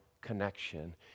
connection